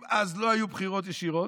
אם אז לא היו בחירות ישירות,